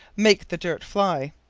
make the dirt fly.